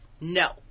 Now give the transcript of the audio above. no